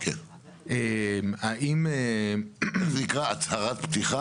איך זה נקרא אצלכם?